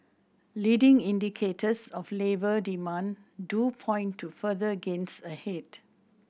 leading indicators of labour demand do point to further gains ahead